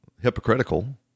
hypocritical